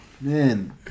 man